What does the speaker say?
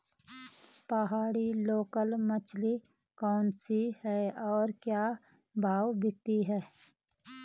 पहाड़ी लोकल मछली कौन सी है और क्या भाव बिकती है?